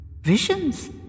Visions